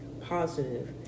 positive